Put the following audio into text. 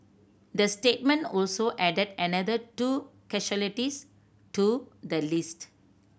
the statement also added another two casualties to the list